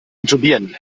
intubieren